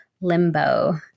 limbo